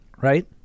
right